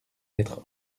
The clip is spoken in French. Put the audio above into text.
être